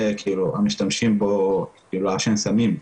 זה המשתמשים בו לעשן סמים.